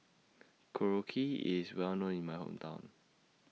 Korokke IS Well known in My Hometown